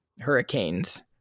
hurricanes